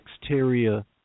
exterior